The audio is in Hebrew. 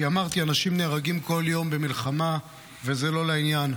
כי אמרתי: אנשים נהרגים כל יום במלחמה וזה לא לעניין.